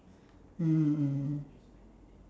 mm mm